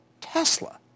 Tesla